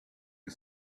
you